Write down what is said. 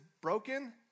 broken